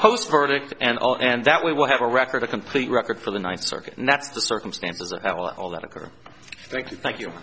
post verdict and all and that we will have a record a complete record for the ninth circuit and that's the circumstances that will all that occur thank you